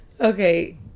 Okay